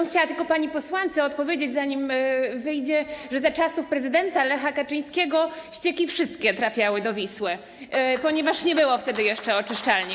Chciałabym tylko pani posłance odpowiedzieć, zanim wyjdzie, że za czasów prezydenta Lecha Kaczyńskiego wszystkie ścieki trafiały do Wisły, ponieważ nie było wtedy jeszcze oczyszczalni.